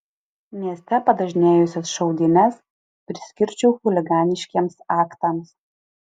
mieste padažnėjusias šaudynes priskirčiau chuliganiškiems aktams